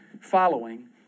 following